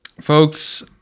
folks